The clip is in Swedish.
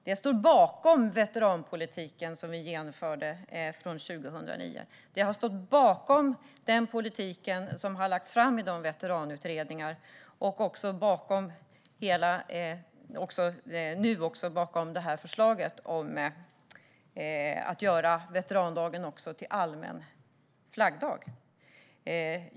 De står bakom veteranpolitiken, som vi genomförde från 2009, de har stått bakom den politik som har lagts fram i veteranutredningarna och nu står de också bakom förslaget att göra veterandagen till allmän flaggdag.